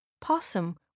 Possum